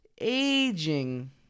aging